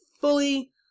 fully